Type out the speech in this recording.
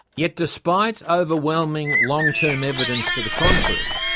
yet despite ah overwhelming long-term evidence to the contrary,